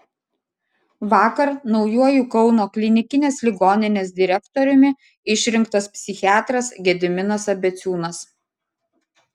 vakar naujuoju kauno klinikinės ligoninės direktoriumi išrinktas psichiatras gediminas abeciūnas